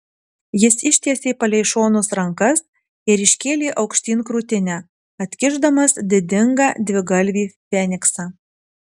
jis ištiesė palei šonus rankas ir iškėlė aukštyn krūtinę atkišdamas didingą dvigalvį feniksą